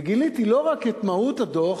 וגיליתי לא רק את מהות הדוח,